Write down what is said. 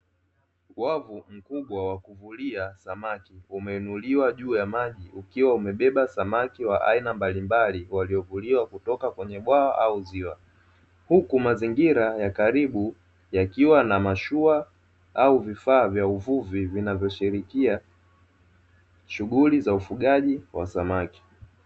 Wavu mkubwa wa kuvulia samaki, umeinuliwa juu ya maji ukiwa umebeba samaki wa aina mbalimbali waliovuliwa kutoka kwenye bwawa au ziwa. Huku mazingira ya karibu yakiwa na mashua au vifaa vya uvuvi vinavyoshirikia shughuli za ufugaji wa samaki.